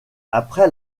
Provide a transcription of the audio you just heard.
après